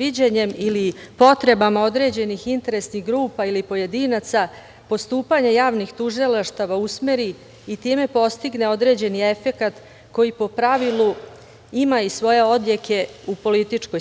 viđenjem ili potrebama određenih interesnih grupa ili pojedinaca postupanja javnih tužilaštava usmeri i time postigne određeni efekat koji po pravilu ima i svoje odjeke u političkoj